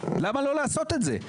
למה לא לעשות את זה?